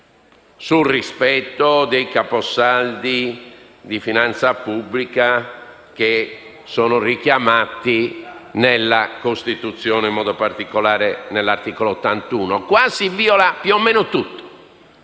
sul rispetto dei capisaldi di finanza pubblica richiamati nella Costituzione, in particolare all'articolo 81. Qui si viola più o meno tutto.